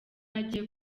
agiye